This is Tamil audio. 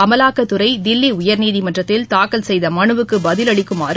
அமலாக்கத்துறை தில்லி உயா்நீதிமன்றத்தில் தாக்கல் செய்த மனுவுக்கு பதிலளிக்குமாறு